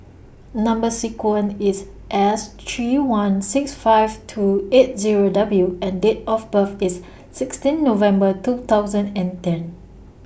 Number sequence IS S three one six five two eight Zero W and Date of birth IS sixteen November two thousand and ten